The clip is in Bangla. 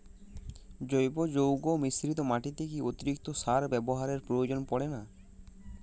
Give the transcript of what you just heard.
জৈব যৌগ মিশ্রিত মাটিতে কি অতিরিক্ত সার ব্যবহারের প্রয়োজন পড়ে না?